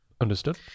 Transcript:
understood